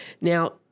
Now